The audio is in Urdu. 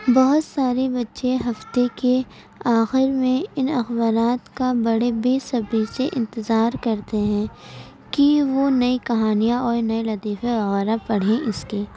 بہت سارے بچے ہفتے کے آخر میں اِن اخبارات کا بڑے بے صبری سے انتظار کرتے ہیں کہ وہ نئی کہانیاں اور نئے لطیفے وغیرہ پڑھے اِس کے